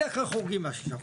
בדרך כלל חורגים מהשישה חודשים.